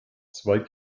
zwei